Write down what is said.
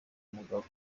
mugabo